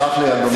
סלח לי, אדוני.